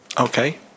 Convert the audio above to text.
Okay